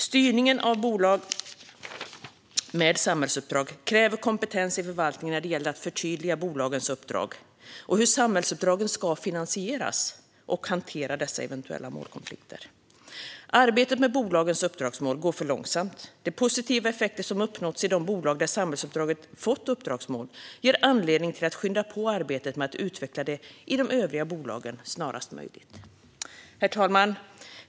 Styrningen av bolag med samhällsuppdrag kräver kompetens i förvaltningen när det gäller att förtydliga bolagens uppdrag, hur samhällsuppdragen ska finansieras och hanteringen av eventuella målkonflikter. Arbetet med bolagens uppdragsmål går för långsamt. De positiva effekter som uppnåtts i de bolag där samhällsuppdraget fått uppdragsmål ger anledning att skynda på arbetet med att utveckla det i de övriga bolagen snarast möjligt. Herr talman!